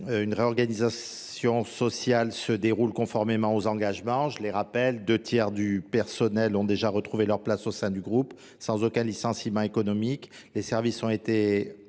Une réorganisation sociale se déroule conformément aux engagements. Je les rappelle, deux tiers du personnel ont déjà retrouvé leur place au sein du groupe sans aucun licenciement économique. Les services ont été